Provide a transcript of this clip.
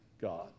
God